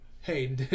hey